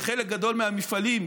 שחלק גדול מהמפעלים,